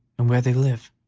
and where they live?